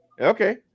Okay